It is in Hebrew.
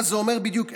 מה זה אומר בדיוק?